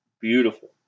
beautiful